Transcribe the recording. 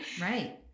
right